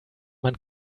man